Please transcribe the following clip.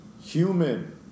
Human